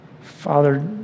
father